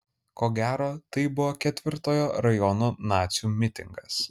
ko gero tai buvo ketvirtojo rajono nacių mitingas